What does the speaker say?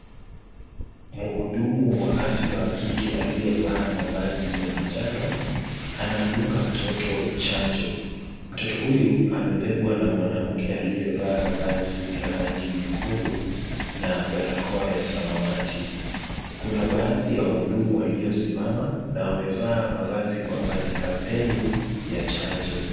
Mhudumu wa afya wa kike aliyevaa mavazi ya manjano anamdunga mtoto chanjo. Mtoto huyu amebebwa na mwanamke aliyevaa vazi la rangi nyekundu na barakoa ya samawati. Kuna baadhi ya wahudumu waliosimama na wamevaa mavazi kwamba ni kampeni ya chanjo.